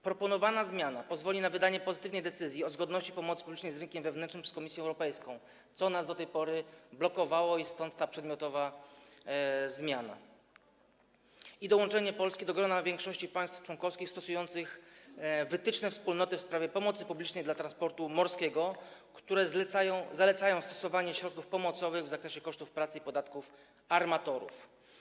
Proponowana zmiana pozwoli na wydanie pozytywnej decyzji o zgodności pomocy publicznej z rynkiem wewnętrznym przez Komisję Europejską, co nas do tej pory blokowało i stąd ta przedmiotowa zmiana, i dołączenie Polski do grona większości państw członkowskich stosujących wytyczne Wspólnoty w sprawie pomocy publicznej dla transportu morskiego, które zalecają stosowanie środków pomocowych w zakresie kosztów pracy i podatków armatorów.